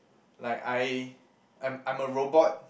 like I I'm I'm a robot